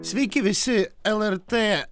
sveiki visi lrt